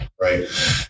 Right